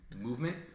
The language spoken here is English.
movement